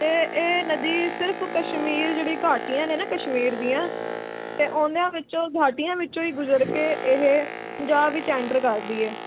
ਅਤੇ ਇਹ ਨਦੀ ਸਿਰਫ ਕਸ਼ਮੀਰ ਜਿਹੜੀ ਘਾਟੀਆਂ ਨੇ ਨਾ ਕਸ਼ਮੀਰ ਦੀਆਂ ਅਤੇ ਉਹਨਾਂ ਵਿੱਚੋਂ ਗਾਹਟੀਆਂ ਵਿੱਚੋਂ ਹੀ ਗੁਜ਼ਰ ਕੇ ਇਹ ਪੰਜਾਬ ਵਿੱਚ ਐਂਟਰ ਕਰਦੀ ਹੈ